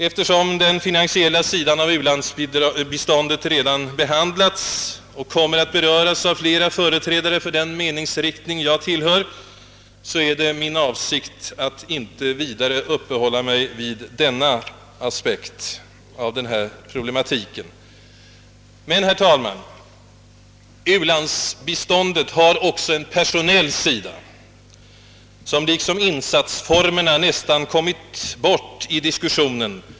Eftersom den finansiella sidan av ulandsbiståndet redan behandlats och kommer att beröras av flera företrädare för den meningsriktning jag tillhör, är det min avsikt att inte vidare uppehålla mig vid denna aspekt av problematiken. Men, herr talman, u-landsbiståndet har också. en. personell sida, som: :liksom insatsformerna nästan kommit 'bort i diskussionen.